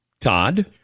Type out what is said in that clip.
Todd